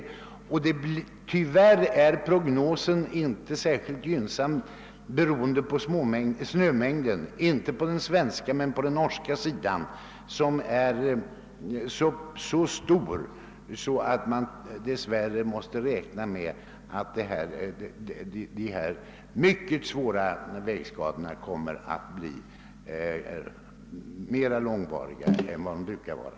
Tyvärr är heller inte prognoserna särskilt gynnsamma, eftersom snömängden på den norska sidan är mycket stor — det är den däremot inte på den svenska sidan — varför man dess värre måste räkna med att de svåra vägskadorna i år blir mera långvariga än de brukar vara.